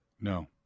No